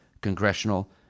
congressional